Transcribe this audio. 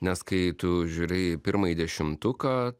nes kai tu žiūri į pirmąjį dešimtuką